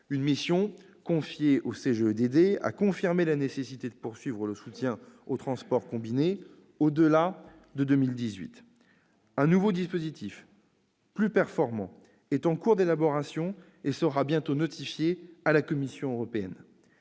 du développement durable, a confirmé la nécessité de poursuivre le soutien au transport combiné au-delà de 2018. Un nouveau dispositif, plus performant, est en cours d'élaboration et sera bientôt notifié à la Commission européenne.